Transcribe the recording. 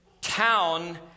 town